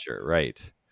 right